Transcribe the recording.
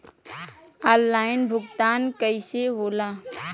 Online भुगतान कईसे होला?